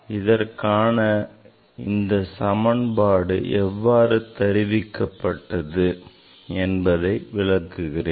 இதற்கான இந்த சமன்பாடு எவ்வாறு தருவிக்கப் பட்டது என்பதை நான் விளக்குகிறேன்